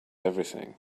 everything